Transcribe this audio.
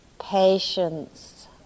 patience